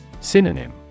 Synonym